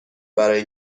برای